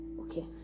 Okay